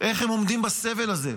איך הם עומדים בסבל הזה?